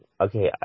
Okay